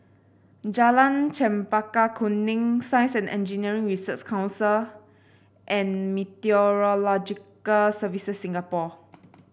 Jalan Chempaka Kuning Science And Engineering Research Council and Meteorological Services Singapore